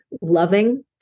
loving